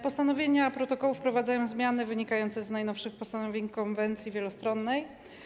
Postanowienia protokołu wprowadzają zmiany wynikające z najnowszych postanowień konwencji wielostronnej.